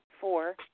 Four